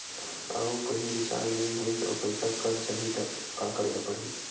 आऊ कहीं रिचार्ज नई होइस आऊ पईसा कत जहीं का करेला पढाही?